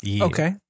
Okay